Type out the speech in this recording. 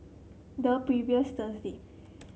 the previous Thursday